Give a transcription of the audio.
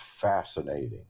fascinating